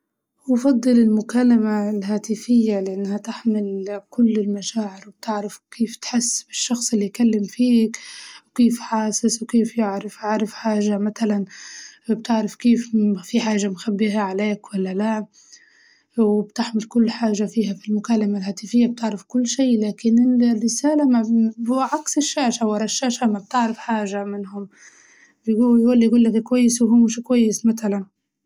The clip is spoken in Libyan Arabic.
أفضل المكالمة الهاتفية لأنها تحمل ال- كل المشاعر وبتعرف كيف بتحس بالشخص اللي يكلم فيك، وكيف حاسس وكيف يعرف عارف حاجة متلاً بتعرف كيف في حاجة مخبيها عليك ولا لا، وبتحمل كل حاجة فيها في المكالمة الهاتفية بتعرف كل شي لكن الرسالة ما عكس الشاشة ورا الشاشة ما بتعرف حاجة منهم، بيقولك كويس وهو مش كويس متلاً.